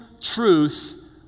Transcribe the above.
truth